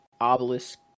obelisk